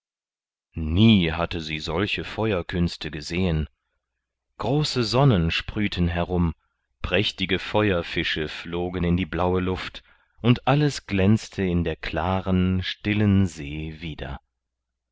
nie hatte sie solche feuerkünste gesehen große sonnen sprühten herum prächtige feuerfische flogen in die blaue luft und alles glänzte in der klaren stillen see wieder